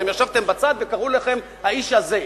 אתם ישבתם בצד וקראו לכם: האיש הזה.